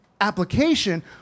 application